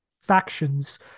factions